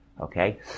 Okay